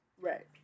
Right